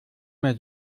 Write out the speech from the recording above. mehr